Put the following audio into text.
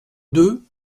deux